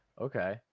Okay